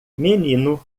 menino